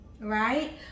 right